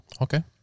Okay